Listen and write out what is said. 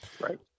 Right